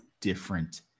different